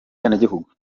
bwenegihugu